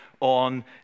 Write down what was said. on